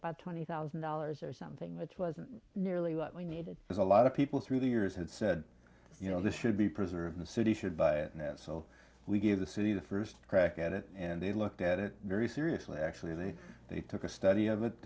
about twenty thousand dollars or something which wasn't nearly what we needed as a lot of people through the years had said you know this should be preserved the city should buy it now so we gave the city the first crack at it and they looked at it very seriously actually they took a study of it